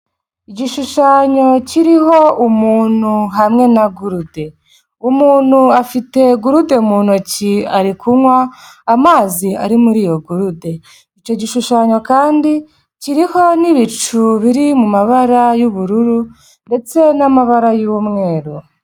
Igishushanyo kiriho umuntu hamwe na gurude, umuntu afite gurude mu ntoki, ari kunywa amazi ari muri iyo gurude, icyo gishushanyo kandi kiriho n'ibicu biri mu mabara y'ubururu ndetse n'amabara y'umweru.